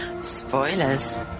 Spoilers